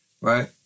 right